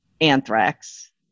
anthrax